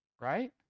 right